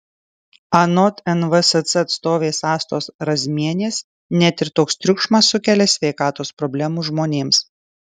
anot nvsc atstovės astos razmienės net ir toks triukšmas sukelia sveikatos problemų žmonėms